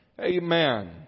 Amen